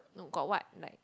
no got what like